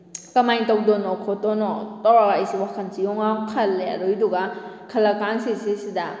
ꯀꯃꯥꯏꯅ ꯇꯧꯗꯣꯏꯅꯣ ꯈꯣꯠꯇꯣꯏꯅꯣ ꯇꯧꯔꯒ ꯑꯩꯁꯤ ꯋꯥꯈꯜꯁꯤ ꯋꯨꯉꯥꯡ ꯈꯜꯂꯦ ꯑꯗꯨꯒꯤꯗꯨꯒ ꯈꯜꯂ ꯀꯥꯟꯁꯤꯁꯤꯁꯤꯁꯤꯗ